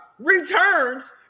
returns